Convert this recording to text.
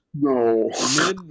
No